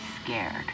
scared